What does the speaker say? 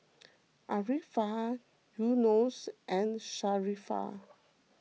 Arifa Yunos and Sharifah